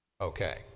Okay